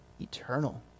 eternal